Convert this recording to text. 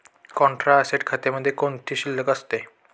Contra asset खात्यामध्ये कोणती शिल्लक असते?